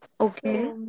Okay